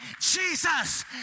Jesus